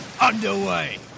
underway